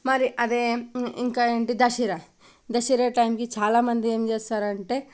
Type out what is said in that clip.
మరి అదే ఇంకా ఏంటి దశర దశర టైమ్కి చాలామంది ఏంచేస్తారంటే